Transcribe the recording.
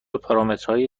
پارامترهای